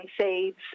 seeds